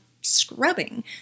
scrubbing